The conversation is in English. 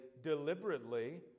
deliberately